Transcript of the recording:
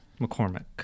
McCormick